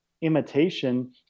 imitation